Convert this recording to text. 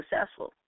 successful